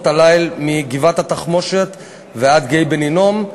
הליל מגבעת-התחמושת ועד גיא בן-הינום.